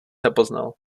nepoznal